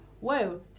Whoa